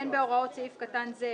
אין בהוראות סעיף קטן זה,